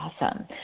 awesome